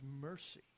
mercy